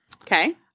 Okay